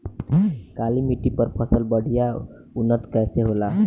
काली मिट्टी पर फसल बढ़िया उन्नत कैसे होला?